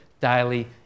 daily